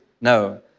no